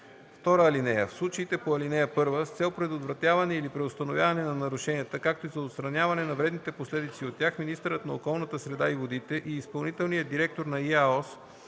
дейност. (2) В случаите по ал. 1 с цел предотвратяване или преустановяване на нарушенията, както и за отстраняване на вредните последици от тях министърът на околната среда и водите и изпълнителният директор на ИАОС